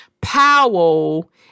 Powell